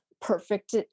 perfect